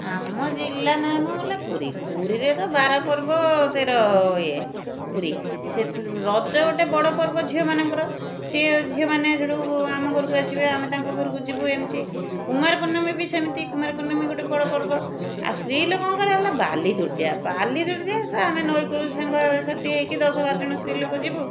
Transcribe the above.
ଆମ ଜିଲ୍ଲା ନାମ ହେଲା ପୁରୀ ପୁରୀରେ ତ ବାର ପର୍ବ ତେର ଇଏ ପୁରୀ ସେ ରଜ ଗୋଟେ ବଡ଼ ପର୍ବ ଝିଅ ମାନଙ୍କର ସିଏ ଝିଅମାନେ ଆମ ଘରକୁ ଆସିବେ ଆମେ ତାଙ୍କ ଘରକୁ ଯିବୁ ଏମିତି କୁମାର ପୂର୍ଣ୍ଣମୀ ବି ସେମିତି କୁମାର ପୁର୍ଣ୍ଣମୀ ବି ଗୋଟେ ବଡ଼ ପର୍ବ ଆଉ ସ୍ତ୍ରୀ ଲୋକଙ୍କର ହେଲା ବାଲି ତୃତୀୟା ବାଲି ତୃତୀୟା ତ ଆମେ ନଈ କୂଳକୁ ସାଙ୍ଗ ସାଥୀ ହେଇକି ଦଶ ବାର ଜଣ ସ୍ତ୍ରୀ ଲୋକ ଯିବୁ